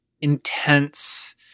intense